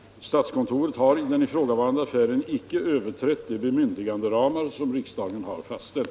Statskontoret har i den ifrågavarande affären inte överträtt de bemyndiganderamar som riksdagen har fastställt.